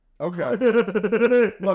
Okay